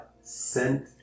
sent